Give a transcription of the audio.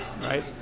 right